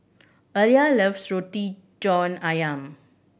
Aleah loves Roti John Ayam